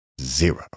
zero